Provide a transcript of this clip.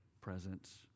presence